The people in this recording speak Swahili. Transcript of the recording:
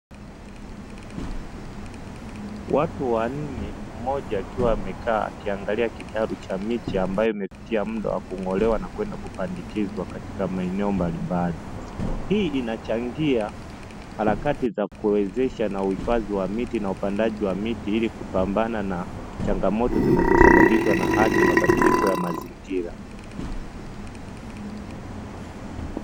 Watu wanne, mmoja akiwa amekaa akiangalia kitalu cha miche ambayo imefika muda wa kung'olewa na kwenda kupandikizwa katika maeneo mbalimbali. Hili linachangia harakati za kuwezesha na uhifadhi wa miti na upandaji wa miti, ili kupambana na changamoto zinazosababishwa na hali na mabadiliko ya mazingira.